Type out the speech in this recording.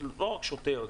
לא רק שוטר,